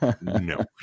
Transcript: No